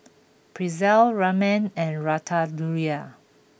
Pretzel Ramen and Ratatouille